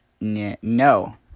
No